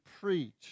preach